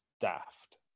daft